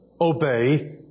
obey